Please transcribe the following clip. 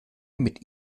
mit